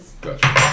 Gotcha